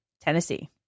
Tennessee